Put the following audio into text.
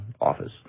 office